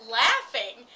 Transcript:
laughing